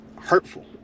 Hurtful